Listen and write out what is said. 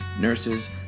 nurses